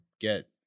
get